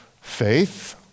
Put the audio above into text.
faith